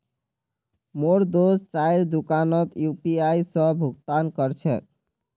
मोर दोस्त चाइर दुकानोत यू.पी.आई स भुक्तान कर छेक